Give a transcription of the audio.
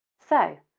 so,